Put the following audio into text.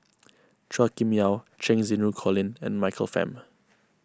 Chua Kim Yeow Cheng Xinru Colin and Michael Fam